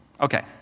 okay